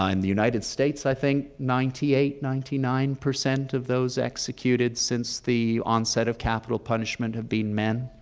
um the united states, i think ninety eight, ninety nine percent of those executed since the onset of capital punishment have been men.